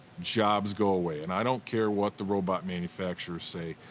jobs go away. and i don't care what the robot manufacturers say,